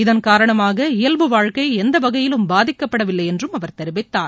இதள் ஊரணமாக இயல்பு வாழ்க்கை எந்த வகையிலும் பாதிக்கப்படவில்லை என்றும் அவர் தெரிவித்தார்